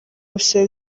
bisaba